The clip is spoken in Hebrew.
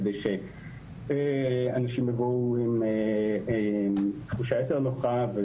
כדי שאנשים יבואו עם תחושה יותר נוחה.